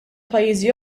pajjiżi